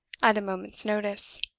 at a moment's notice.